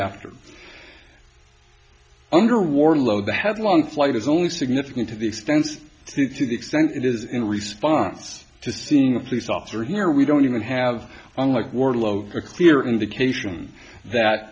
after under warlow the headlong flight is only significant to the extensive extent it is in response to seeing a police officer here we don't even have on like warlow a clear indication that